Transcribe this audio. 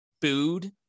booed